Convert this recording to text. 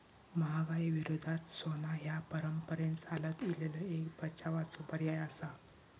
महागाई विरोधात सोना ह्या परंपरेन चालत इलेलो एक बचावाचो पर्याय आसा